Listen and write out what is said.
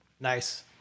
Nice